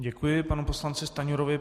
Děkuji panu poslanci Stanjurovi.